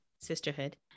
Sisterhood